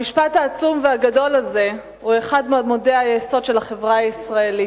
המשפט העצום והגדול הזה הוא אחד מעמודי היסוד של החברה הישראלית.